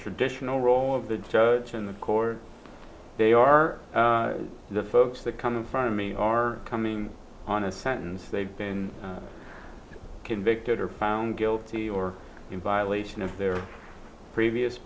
traditional role of the judge in the court they are the folks that come in front of me are coming on a sentence they've been convicted or found guilty or in violation of their previous